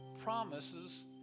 promises